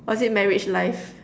or is it marriage life